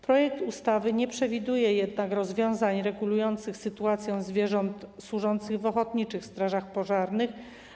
Projekt ustawy nie przewiduje jednak rozwiązań regulujących sytuację zwierząt służących w ochotniczych strażach pożarnych.